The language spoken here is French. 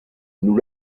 nous